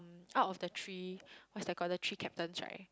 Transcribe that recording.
out of the three what's that called the three captains right